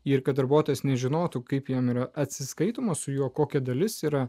ir kad darbuotojas nežinotų kaip jam yra atsiskaitoma su juo kokia dalis yra